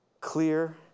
clear